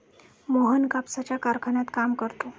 मोहन कापसाच्या कारखान्यात काम करतो